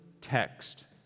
text